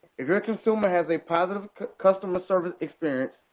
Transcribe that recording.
if your consumer has a positive customer service experience,